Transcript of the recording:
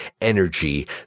energy